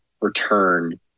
return